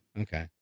Okay